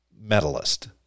medalist